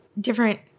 different